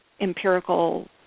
empirical